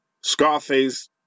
Scarface